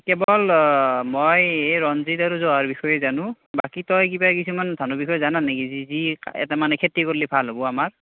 কেৱল মই এই ৰঞ্জিত আৰু জহাৰ বিষয়ে জানো বাকী তই কিবা কিছুমান ধানৰ বিষয়ে জানা নেকি যি যি তাৰমানে খেতি কৰিলে ভাল হ'ব আমাৰ